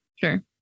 Sure